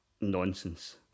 nonsense